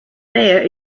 there